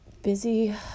busy